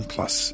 Plus